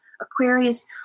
Aquarius